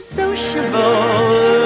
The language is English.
sociable